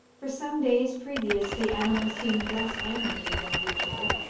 for some days previous the animal seemed less animated than usual,